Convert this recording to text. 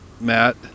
Matt